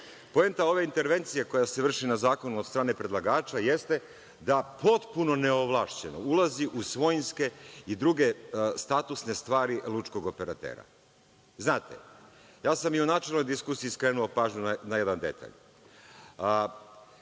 Poenta ove intervencije, koja se vrši na zakonu od strane predlagača, jeste da potpuno neovlašćeno ulazi u svojinske i druge statusne stvari lučkog operatera. Znate, ja sam i u načelnoj diskusiji skrenuo pažnju na jedan detalj.